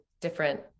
different